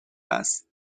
است